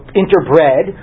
interbred